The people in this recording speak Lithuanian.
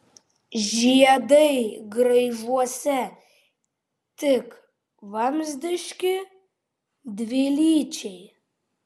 žiedai graižuose tik vamzdiški dvilyčiai